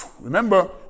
remember